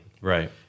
Right